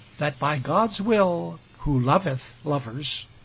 that by god's will who loveth lovers,